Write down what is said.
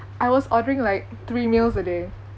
I was ordering like three meals a day